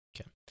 Okay